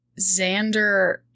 Xander